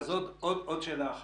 עוד שאלה אחת: